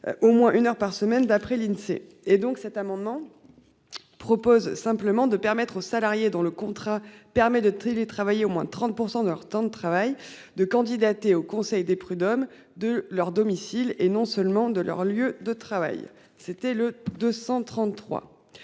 au moins une heure par semaine. D'après l'Insee. Et donc cet amendement. Propose simplement de permettre aux salariés dont le contrat permet de télé travailler au moins 30% de leur temps de travail de candidater au conseil des prud'hommes de leur domicile et non seulement de leur lieu de travail. C'était le 233.